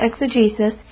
exegesis